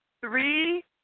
three